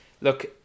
look